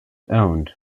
owned